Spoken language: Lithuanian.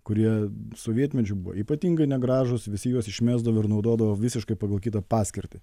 kurie sovietmečiu buvo ypatingai negražūs visi juos išmesdavo ir naudodavo visiškai pagal kitą paskirtį